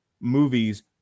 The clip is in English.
movies